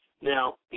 Now